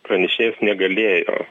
pranešėjas negalėjo